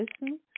listen